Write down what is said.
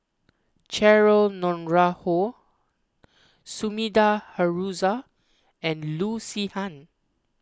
Cheryl Noronha Sumida Haruzo and Loo Zihan